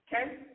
okay